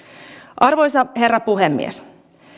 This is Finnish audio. arvoisa herra puhemies